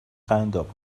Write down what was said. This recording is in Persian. قنداب